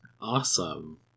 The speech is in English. Awesome